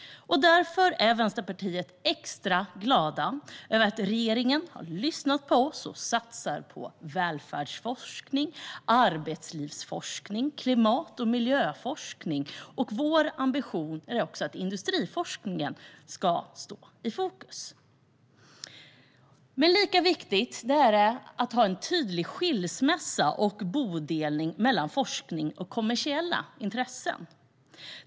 Därför är vi i Vänsterpartiet är extra glada över att regeringen har lyssnat på oss och satsar på välfärdsforskning, arbetslivsforskning samt klimat och miljöforskning. Vår ambition är också att industriforskningen ska stå i fokus. Lika viktigt är det att ha en tydlig skilsmässa och bodelning mellan forskning och kommersiella intressen.